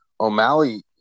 O'Malley